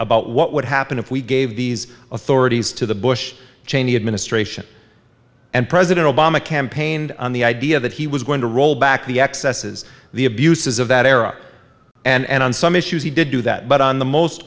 about what would happen if we gave these authorities to the bush cheney administration and president obama campaigned on the idea that he was going to roll back the excesses the abuses of that era and on some issues he did do that but on the most